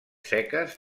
seques